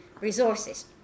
resources